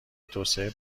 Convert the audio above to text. توسعه